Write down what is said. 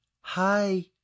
Hi